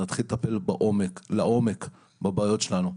ונתחיל לטפל לעומק בבעיות שלנו.